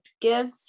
give